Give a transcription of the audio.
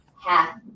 half